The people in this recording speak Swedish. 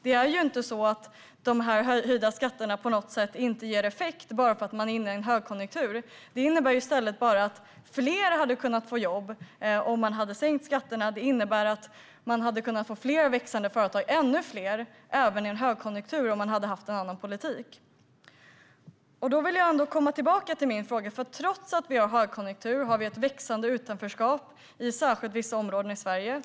Det är inte på det sättet att de höjda skatterna inte ger effekt bara för att vi är inne i en högkonjunktur. Om man hade sänkt skatterna hade i stället fler kunnat få jobb. Vi hade kunnat få ännu fler och växande företag, även i en högkonjunktur - om man hade haft en annan politik. Jag vill komma tillbaka till min fråga. Trots att vi är i en högkonjunktur har vi ett växande utanförskap, särskilt i vissa områden i Sverige.